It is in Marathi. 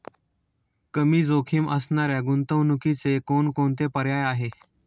कमी जोखीम असणाऱ्या गुंतवणुकीचे कोणकोणते पर्याय आहे?